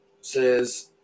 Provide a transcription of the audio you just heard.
says